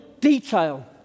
detail